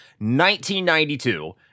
1992